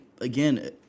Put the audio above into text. again